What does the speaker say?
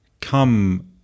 come